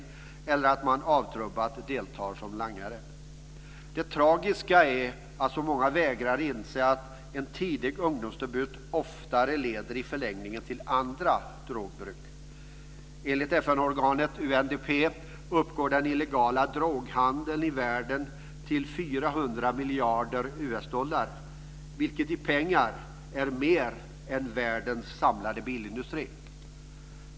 Det kan också vara så att man avtrubbat deltar som langare. Det tragiska är att så många vägrar att inse att en tidig ungdomsdebut oftare i förlängningen leder till annat drogbruk. Enligt FN-organet UNDP uppgår den illegala droghandeln i världen till 400 miljarder US dollar. Det är, i pengar räknat, mer än världens samlade bilindustri.